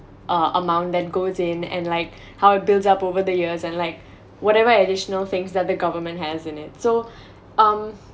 uh amount then goes in and like how it builds up over the years and like whatever additional things that the government has in it so um